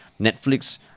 Netflix